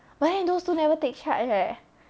but then those two never take charge leh